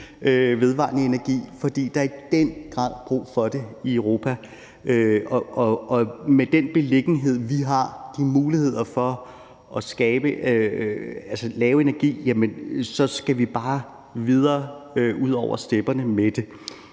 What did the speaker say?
vedvarende energi lige foreløbig, for der er i den grad brug for det i Europa. Og med den beliggenhed, vi har, og med de muligheder for at lave energi, vi har, skal vi bare videre ud over stepperne med det.